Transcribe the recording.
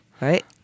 right